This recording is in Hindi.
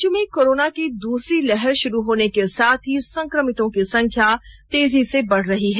राज्य में कोरोना की दूसरी लहर शुरू होने के साथ ही संक्रमितों की संख्या तेजी से बढ़ रही है